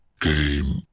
Game